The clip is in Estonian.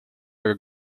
aga